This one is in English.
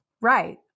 right